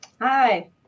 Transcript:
Hi